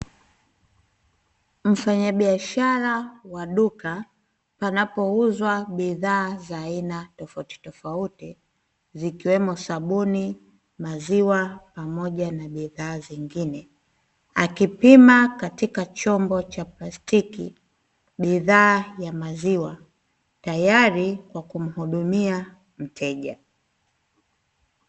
Mfanyabiashara wa duka, panapouzwa bidhaa za aina tofautitofauti zikiwemo sabuni, maziwa, pamoja na bidhaa zingine, akipima katika chombo cha plastiki bidhaa ya maziwa, tayari kwa kumhudumia mteja.